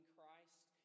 Christ